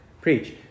preach